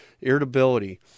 Irritability